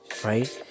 Right